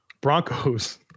Broncos